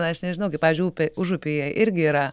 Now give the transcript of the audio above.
na aš nežinau kaip pavyzdžiui upė užupyje irgi yra